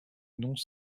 noms